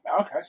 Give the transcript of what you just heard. okay